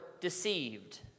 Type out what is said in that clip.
deceived